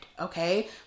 okay